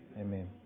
Amen